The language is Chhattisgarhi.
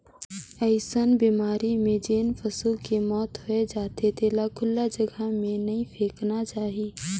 अइसन बेमारी में जेन पसू के मउत हो जाथे तेला खुल्ला जघा में नइ फेकना चाही